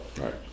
right